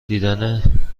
دیدن